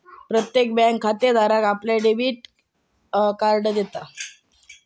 प्रत्येक बँक खातेधाराक आपल्या बँकेचा डेबिट कार्ड देता